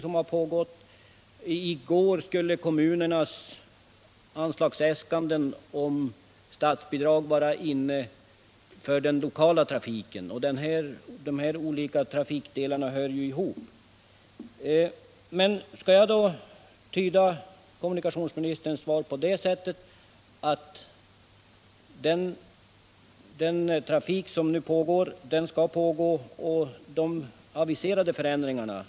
I går skulle kommunernas anslagsäskanden om statsbidrag för den lokala trafiken vara inne: de här olika trafikdelarna hör ju ihop. Skall jag tyda kommunikationsministerns svar på det sättet att den trafik som nu bedrivs skall bedrivas och att de aviserade förändringarna.